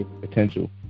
potential